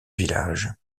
village